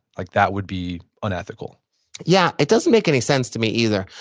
like that would be unethical yeah. it doesn't make any sense to me either.